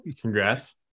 Congrats